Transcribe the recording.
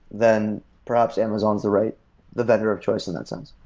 then perhaps amazon is the right the vendor of choice in that sense.